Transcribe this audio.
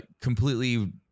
completely